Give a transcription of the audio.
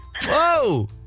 Whoa